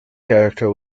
character